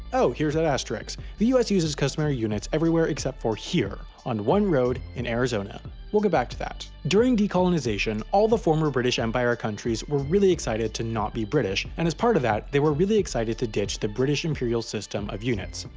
oh here's that asterisk. the us uses customary units everywhere except for here, on one road in arizona. we'll get back to that. during decolonization, all the former british empire countries were really excited to not be british and as part of that they were really excited to ditch the british imperial system of units.